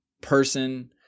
person